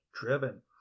driven